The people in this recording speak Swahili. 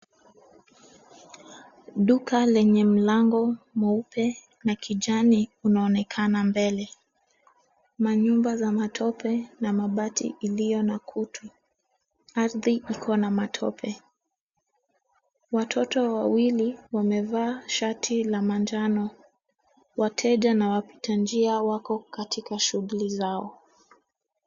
Duka lenye mlango mweupe na kijani unaonekana mbele. Manyumba za matope na mabati iliyo na kutu. Ardhi iko na matope. Watoto wawili wamevaa shati la manjano. Wateja na wapita njia wako katika shughuli zao.